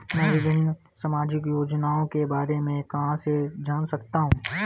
मैं विभिन्न सामाजिक योजनाओं के बारे में कहां से जान सकता हूं?